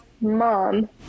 mom